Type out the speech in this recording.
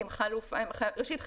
ראשית,